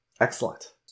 Excellent